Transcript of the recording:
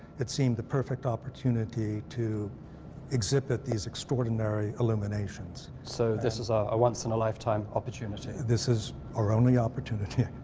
it seemed the perfect opportunity to exhibit these extraordinary illuminations. so this is a once-in-a-lifetime opportunity. this is our only opportunity.